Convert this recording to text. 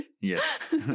Yes